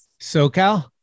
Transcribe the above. SoCal